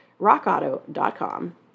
rockauto.com